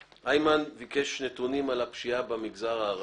שביקש נתונים על הפשיעה במגזר הערבי.